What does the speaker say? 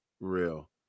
Real